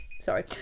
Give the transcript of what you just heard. sorry